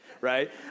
right